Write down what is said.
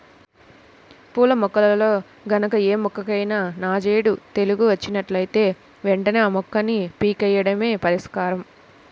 పూల మొక్కల్లో గనక ఏ మొక్కకైనా నాంజేడు తెగులు వచ్చినట్లుంటే వెంటనే ఆ మొక్కని పీకెయ్యడమే పరిష్కారం